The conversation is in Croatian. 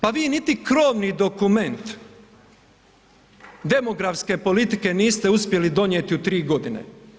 Pa vi niti krovni dokument demografske politike niste uspjeli donijeti u tri godine.